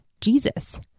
Jesus